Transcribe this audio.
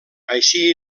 així